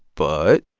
but.